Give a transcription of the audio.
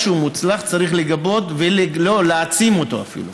משהו מוצלח צריך לגבות, לא, להעצים אותו אפילו.